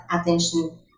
attention